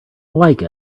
like